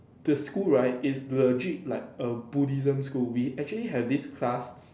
the school right is legit like a Buddhism school we actually have this class